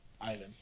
island